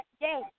day